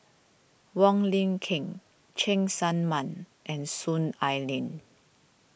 Wong Lin Ken Cheng Tsang Man and Soon Ai Ling